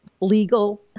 legal